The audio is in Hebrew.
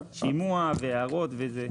שימוע, והערות, וזה.